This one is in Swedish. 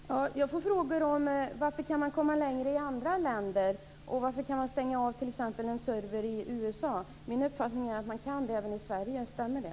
Fru talman! Jag får frågor om varför man kan komma längre i andra länder, och varför man kan stänga av en server i t.ex. USA. Min uppfattning är att man kan det även i Sverige. Stämmer det?